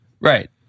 Right